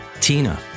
Tina